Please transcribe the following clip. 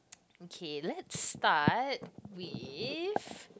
okay let's start with